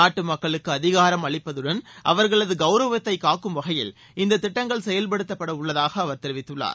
நாட்டு மக்களுக்கு அதிகாரம் அளிப்பதுடன் அவர்களது கவுரவத்தை காக்கும் வகையில் இந்த திட்டங்கள் செயல்படுத்தப்படவுள்ளதாக அவர் தெரிவித்துள்ளார்